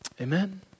Amen